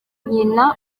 nyina